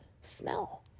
smell